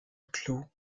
clos